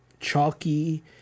Chalky